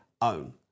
own